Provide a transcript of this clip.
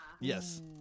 Yes